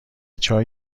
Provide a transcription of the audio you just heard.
چای